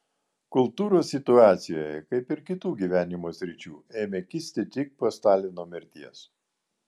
kultūros situacija kaip ir kitų gyvenimo sričių ėmė kisti tik po stalino mirties